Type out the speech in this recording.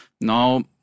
Now